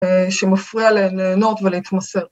‫שמפריע ל... ליהנות ולהתמסר.